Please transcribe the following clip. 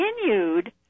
continued